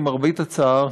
למרבה הצער,